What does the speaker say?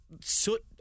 soot